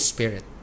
Spirit